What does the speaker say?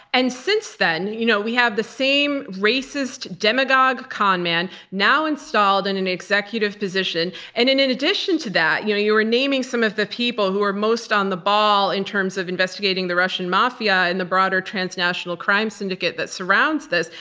and since then, you know we have the same racist, demagogue con-man, now installed in an executive position, and then in addition to that, you know you were naming some of the people who are most on the ball in terms of investigating the russian mafia and the broader transnational crime syndicate that surrounds this,